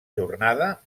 jornada